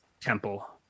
temple